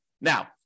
Now